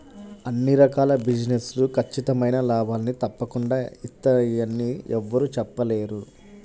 అన్ని రకాల బిజినెస్ లు ఖచ్చితమైన లాభాల్ని తప్పకుండా ఇత్తయ్యని యెవ్వరూ చెప్పలేరు